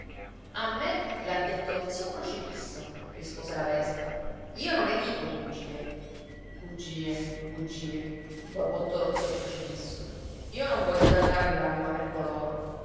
a me l'ha detto lo zio crocifisso rispose la vespa io non ne dico bugie bugie bugie borbottò lo zio crocifisso io non voglio dannarmi l'anima per coloro